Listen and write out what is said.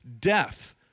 death